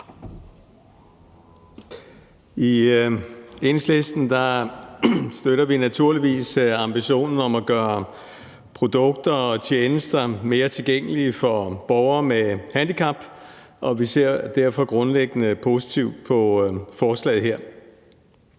I Enhedslisten støtter vi naturligvis ambitionen om at gøre produkter og tjenester mere tilgængelige for borgere med handicap, og vi ser derfor grundlæggende positivt på forslaget her.